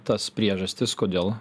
tas priežastis kodėl